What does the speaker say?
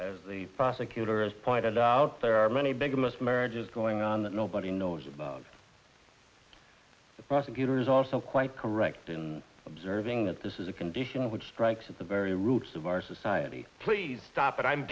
as the prosecutor has pointed out there are many big most marriages going on that nobody knows about the prosecutors also quite correct in observing that this is a condition which strikes at the very roots of our society please stop it i'm